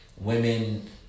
women